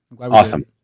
Awesome